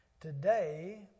today